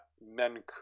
men